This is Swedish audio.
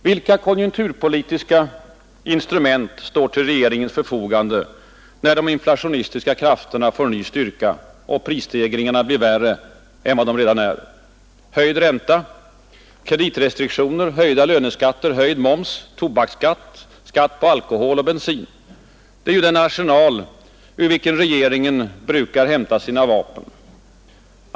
Vilka konjunkturpolitiska instrument står till regeringens förfogande, när de inflationistiska krafterna får ny styrka och prisstegringarna blir värre än vad de redan är? Höjd ränta, kreditrestriktioner, höjda löneskatter, höjd moms, tobaksskatt, skatt på alkohol och bensin. Det är den arsenal ur vilken regeringen brukar hämta sina vapen.